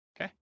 Okay